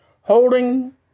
holding